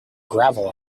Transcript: gravel